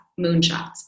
moonshots